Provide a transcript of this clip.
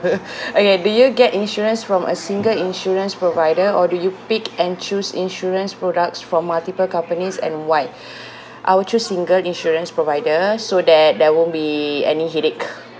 okay do you get insurance from a single insurance provider or do you pick and choose insurance products from multiple companies and why I will choose single insurance provider so that there won't be any headache